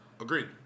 Agreed